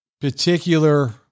particular